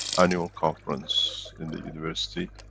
annual conference in the university.